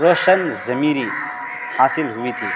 روشن ضمیری حاصل ہوئی تھی